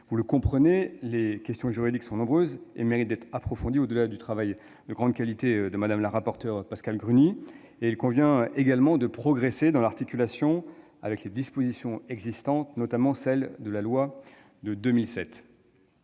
du dispositif. Les questions juridiques sont donc nombreuses et méritent d'être approfondies au-delà du travail de grande qualité accompli par Mme la rapporteure Pascale Gruny. Il convient également de progresser dans l'articulation avec les dispositions existantes, notamment celles de la loi de 2007.